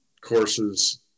courses